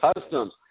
Customs